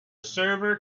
server